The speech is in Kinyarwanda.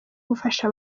gufasha